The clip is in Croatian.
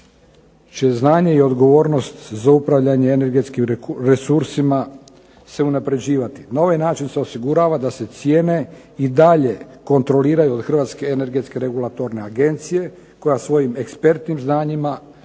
će znanje i odgovornost za upravljanje energetskim resursima se unaprjeđivati. Na ovaj način se osigurava da se cijene i dalje kontroliraju od Hrvatske energetske regulatorne agencije koja svojim ekspertnim znanjima